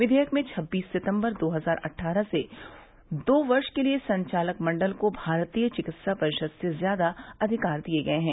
विघेयक में छब्बीस सितम्बर दो हजार अट्ठारह से दो वर्ष के लिए संचालक मंडल को भारतीय चिकित्सा परिषद से ज्यादा अधिकार दिए गए हैं